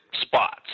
spots